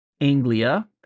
Anglia